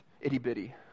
itty-bitty